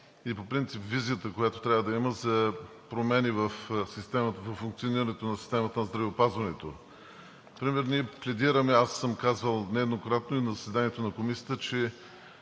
и по принцип визията, която трябва да има за промени във функционирането на системата на здравеопазването. Ние пледираме, аз съм казвал нееднократно и на заседанието на Комисията, че